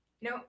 no